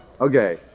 okay